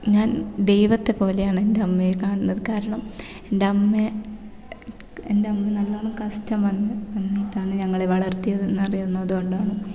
ഞാൻ ദൈവത്തെ പോലെയാണ് എൻ്റമ്മയെ കാണുന്നത് കാരണം എൻ്റമ്മയെ എൻ്റമ്മ നല്ലവണ്ണം കഷ്ടം വന്ന് വന്നിട്ടാണ് ഞങ്ങളെ വളർത്തിയതെന്ന് അറിയാവുന്നത് കൊണ്ടാണ്